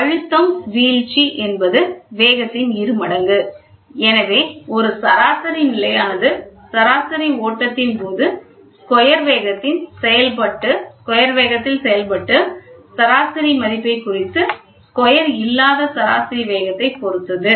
அழுத்தம் வீழ்ச்சி என்பது வேகத்தின் இரு மடங்கு எனவே ஒரு சராசரி நிலையானது சராசரி ஓட்டத்தின் போது ஸ்கொயர் வேகத்தின் செயல்பட்டு சராசரி மதிப்பைக் குறித்து ஸ்கொயர் இல்லாத சராசரி வேகத்தைப் பொறுத்தது